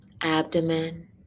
abdomen